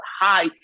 high